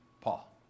Paul